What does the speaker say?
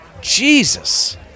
Jesus